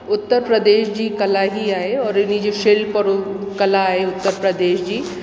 उत्तर प्रदेश जी कला ई आहे और हिनजी शिल्प रुप कला आहे उत्तर प्रदेश जी